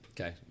Okay